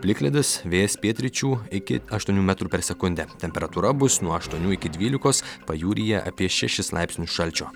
plikledis vėjas pietryčių iki aštuonių metrų per sekundę temperatūra bus nuo aštuonių iki dvylikos pajūryje apie šešis laipsnius šalčio